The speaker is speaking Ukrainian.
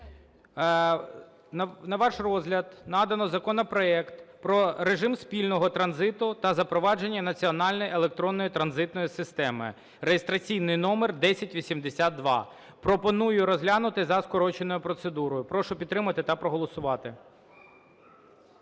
На ваш розгляд надано законопроект про режим спільного транзиту та запровадження національної електронної транзитної системи (реєстраційний номер 1082). Пропоную розглянути за скороченою процедурою. Прошу підтримати та проголосувати.